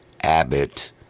Abbott